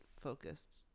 focused